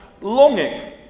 longing